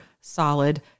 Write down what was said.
solid